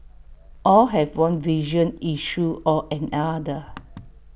all have one vision issue or another